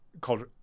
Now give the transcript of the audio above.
called